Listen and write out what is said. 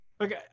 Okay